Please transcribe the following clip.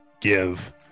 give